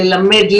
ללמד,